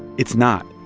it's not.